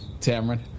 Tamron